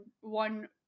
one